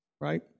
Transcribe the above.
Right